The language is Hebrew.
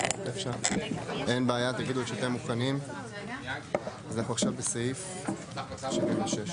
אנחנו נתקדם כרגע לסעיף 76,